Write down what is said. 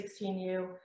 16U